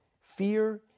fear